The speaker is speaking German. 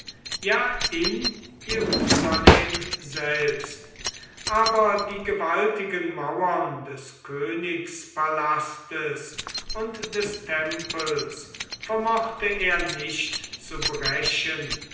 ja in jerusalem selbst aber die gewaltigen mauern des königspalastes und des tempels vermochte er nicht zu brechen